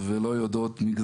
אם שאלת קודם ספציפית על אכסאל,